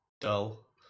dull